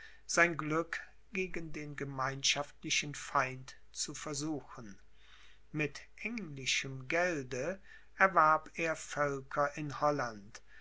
sein glück gegen den gemeinschaftlichen feind zu versuchen mit englischem gelde warb er völker in holland